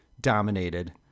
dominated